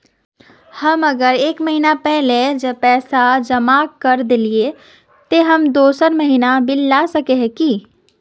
हम अगर एक महीना पहले पैसा जमा कर देलिये ते हम दोसर महीना बिल ला सके है की?